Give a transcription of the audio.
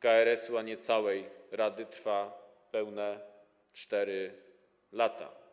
KRS-u, a nie całej rady, trwa pełne 4 lata.